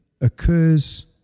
occurs